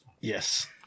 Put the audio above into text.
Yes